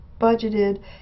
budgeted